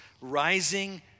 rising